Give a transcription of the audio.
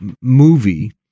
movie